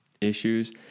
Issues